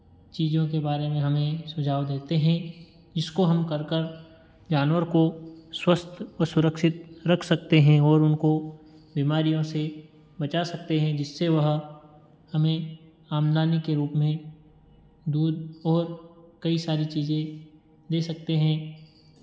चीज़ों के बारे में हमें सुझाव देते हैं जिसको हम कर कर जानवर को स्वस्थ और सुरक्षित रख सकते हैं और उनको बीमारियों से बचा सकते हैं जिससे वह हमें आमदनी के रूप में दूध और कई सारी चीज़ें दे सकते हैं